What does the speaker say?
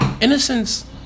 Innocence